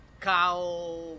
cow